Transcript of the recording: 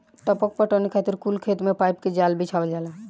टपक पटौनी खातिर कुल खेत मे पाइप के जाल बिछावल जाला